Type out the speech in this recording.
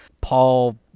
Paul